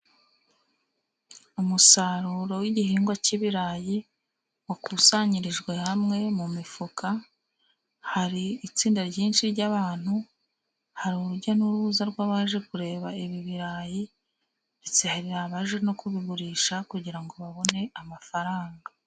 Umusaruro w'igihingwa cy'ibirayi wakusanyirijwe hamwe mu mifuka hari itsinda ryinshi ry'abantu, hari urujya n'uruza rw'abaje kureba ibi birayi ndetse hari abaje no kubigurisha kugira ngo babone amafaranga.